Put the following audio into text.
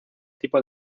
tipo